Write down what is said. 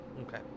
Okay